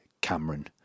Cameron